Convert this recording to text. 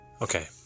Okay